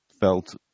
felt